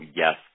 yes